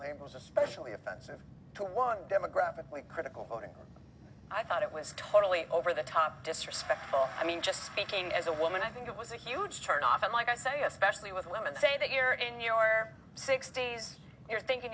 was especially offensive to one demographic critical voting i thought it was totally over the top disrespectful i mean just speaking as a woman i think it was a huge turnoff unlike isiah especially with women saying that you're in your sixty's you're thinking